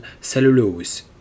cellulose